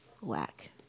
whack